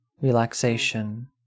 Relaxation